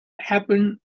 happen